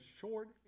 short